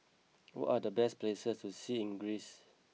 what are the best places to see in Greece